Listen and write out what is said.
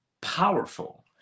powerful